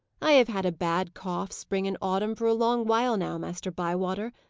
i have had a bad cough, spring and autumn, for a long while now, master bywater.